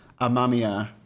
amamiya